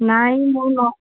ନାଇଁ ମୁଁ ନ